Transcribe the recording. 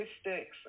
statistics